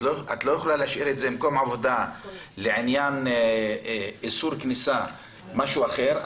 את לא יכולה להשאיר את זה "מקום עבודה" לעניין איסור כניסה משהו אחר.